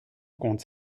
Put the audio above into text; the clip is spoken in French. compte